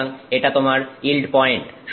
সুতরাং এটা তোমার ইল্ড পয়েন্ট